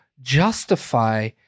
justify